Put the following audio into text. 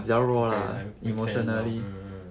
mm mm makes sense lor mm mm